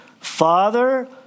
Father